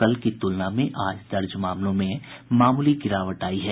कल की तुलना में आज दर्ज मामलों में मामूली गिरावट आयी है